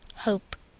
hope.